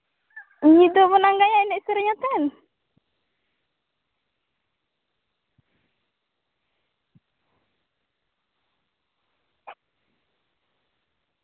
ᱧᱤᱫᱟᱹ ᱵᱚᱱ ᱟᱸᱜᱟᱭᱟ ᱮᱱᱮᱡ ᱥᱮᱨᱮᱧᱟᱛᱮᱱ